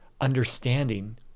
understanding